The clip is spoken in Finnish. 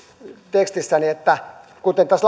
tekstissäni sellaisen kuten tässä